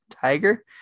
tiger